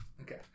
Okay